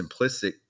simplistic